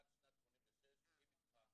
עד שנת 86 היא ביטחה.